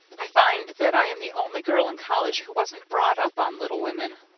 i find that i am the only girl in college who wasn't brought up on little women.